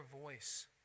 voice